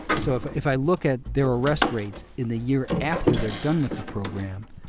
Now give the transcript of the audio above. so if if i look at their arrest rates in the year after they're done with the program,